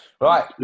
Right